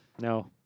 No